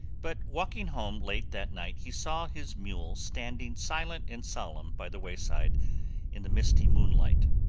but walking home late that night he saw his mule standing silent and solemn by the wayside in the misty moonlight.